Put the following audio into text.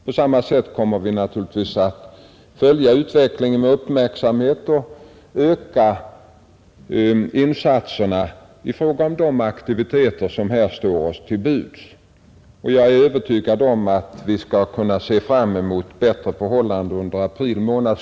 På samma sätt kommer vi naturligtvis att följa utvecklingen med uppmärksamhet och öka insatserna i fråga om de aktiviteter som står oss till buds. Jag är övertygad om att vi skall kunna se fram mot bättre förhållanden under april månad.